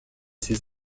ses